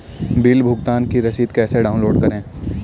Bill भुगतान की रसीद कैसे डाउनलोड करें?